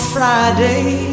Friday